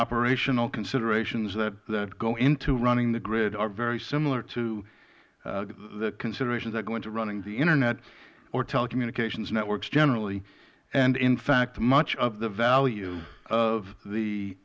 operational considerations that go into running the grid are very similar to the considerations that go into running the internet or telecommunications networks generally and in fact much of the value of the